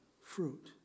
fruit